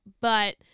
but-